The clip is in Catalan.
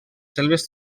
selves